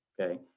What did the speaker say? Okay